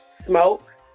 smoke